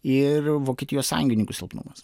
ir vokietijos sąjungininkų silpnumas